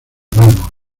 mármol